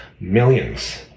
millions